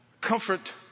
comfort